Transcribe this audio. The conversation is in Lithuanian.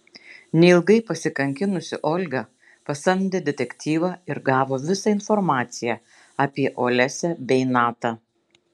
neilgai pasikankinusi olga pasamdė detektyvą ir gavo visą informaciją apie olesią bei natą